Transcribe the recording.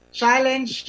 challenge